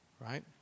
Right